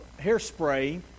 hairspray